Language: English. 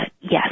yes